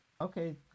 Okay